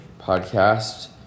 podcast